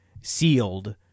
sealed